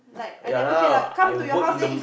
ya lah I work in the